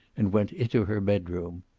and went into her bedroom.